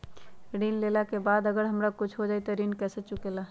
ऋण लेला के बाद अगर हमरा कुछ हो जाइ त ऋण कैसे चुकेला?